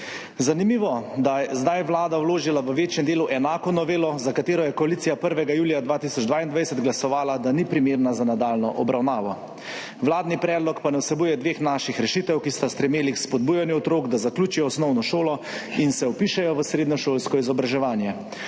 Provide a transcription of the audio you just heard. Zanimivo, da je zdaj Vlada vložila v večjem delu enako novelo, za katero je koalicija 1. julija 2022 glasovala, da ni primerna za nadaljnjo obravnavo. Vladni predlog pa ne vsebuje dveh naših rešitev, ki sta stremeli k spodbujanju otrok, da zaključijo osnovno šolo in se vpišejo v srednješolsko izobraževanje.